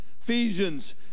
Ephesians